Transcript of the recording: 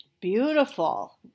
Beautiful